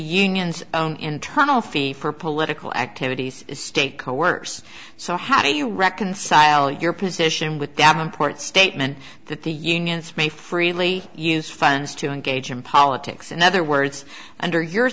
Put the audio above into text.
unions own internal fee for political activities state coworkers so how do you reconcile your position with davenport statement that the unions may freely use funds to engage in politics in other words under your